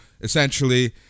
essentially